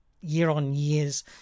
year-on-year's